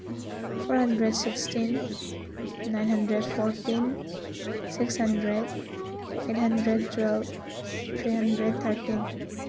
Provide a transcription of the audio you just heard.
four hundred sixteen nine hundred fourteen six hundred eight hundred twelve three hundred thirteen